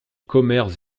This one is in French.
commères